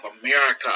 America